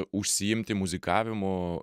užsiimti muzikavimu